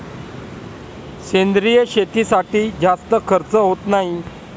सेंद्रिय शेतीसाठी जास्त खर्च होत नाही